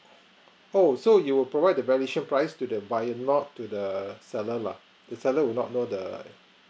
oh so you will provide the valuation price to the buyer not to the seller lah the seller would not know the